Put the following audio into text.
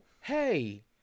hey